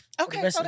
Okay